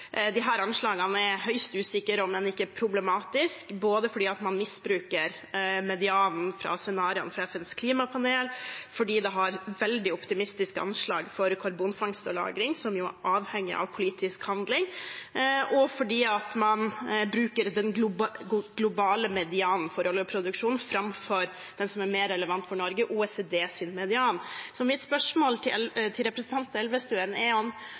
anslagene er høyst usikre, om enn ikke problematiske, både fordi man misbruker medianen fra scenarioene fra FNs klimapanel, fordi det har veldig optimistiske anslag for karbonfangst og -lagring, som jo er avhengig av politisk handling, og fordi man bruker den globale medianen for oljeproduksjon framfor den som er mer relevant for Norge – OECDs median. Så mitt spørsmål til representanten Elvestuen